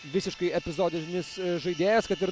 visiškai epizodinis žaidėjas kad ir